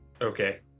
Okay